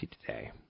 today